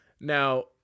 Now